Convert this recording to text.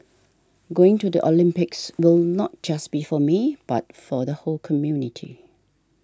going to the Olympics will not just be for me but for the whole community